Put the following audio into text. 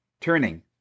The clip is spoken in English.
turning